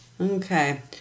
Okay